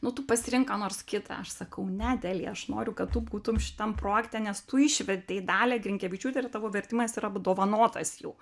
nu tu pasirink ką nors kitą aš sakau ne delija aš noriu kad tu būtum šitam projekte nes tu išvertei dalią grinkevičiūtę ir tavo vertimas yra apdovanotas jau